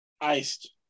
Iced